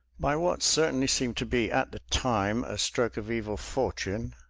by what certainly seemed to be, at the time, a stroke of evil fortune,